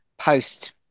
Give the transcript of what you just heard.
post